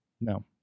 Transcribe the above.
No